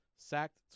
Sacked